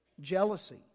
Jealousy